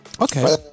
Okay